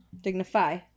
Dignify